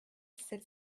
sept